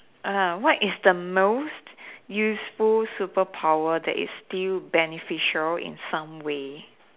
uh what is the most useful superpower that is still beneficial in some way